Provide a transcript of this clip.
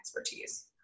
expertise